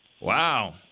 Wow